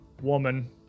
woman